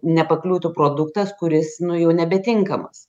nepakliūtų produktas kuris nu jau nebetinkamas